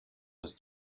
was